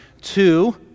two